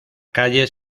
calle